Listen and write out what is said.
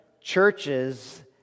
churches